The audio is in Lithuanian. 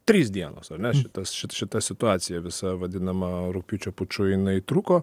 trys dienos ar ne šitas ši šita situacija visa vadinama rugpjūčio puču jinai truko